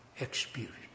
experience